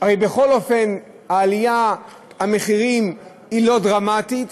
הרי בכל אופן העלייה במחירים אינה דרמטית?